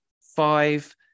five